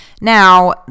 Now